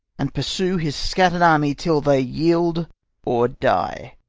and pursue his scatter'd army till they yield or die.